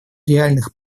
реальных